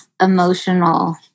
emotional